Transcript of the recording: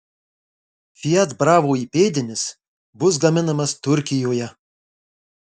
fiat bravo įpėdinis bus gaminamas turkijoje